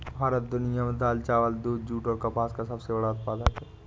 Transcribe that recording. भारत दुनिया में दाल, चावल, दूध, जूट और कपास का सबसे बड़ा उत्पादक है